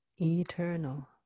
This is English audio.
Eternal